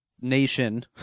nation